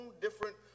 different